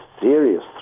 serious